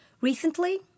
Recently